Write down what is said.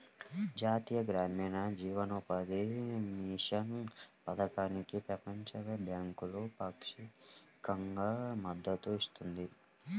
జాతీయ గ్రామీణ జీవనోపాధి మిషన్ పథకానికి ప్రపంచ బ్యాంకు పాక్షికంగా మద్దతు ఇస్తుంది